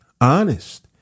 honest